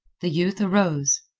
the youth arose.